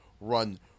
run